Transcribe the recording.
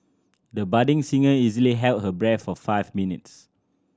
the budding singer easily held her breath for five minutes